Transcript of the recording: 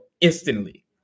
Instantly